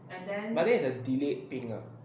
but then it's a delayed thing uh